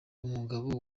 umugabo